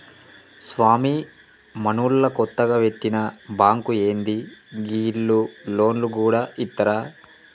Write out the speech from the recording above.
స్వామీ, మనూళ్ల కొత్తగ వెట్టిన బాంకా ఏంది, గీళ్లు లోన్లు గూడ ఇత్తరా